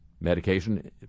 medication